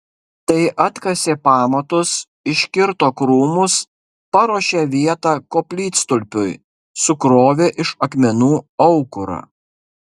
tai atkasė pamatus iškirto krūmus paruošė vietą koplytstulpiui sukrovė iš akmenų aukurą